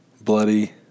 Bloody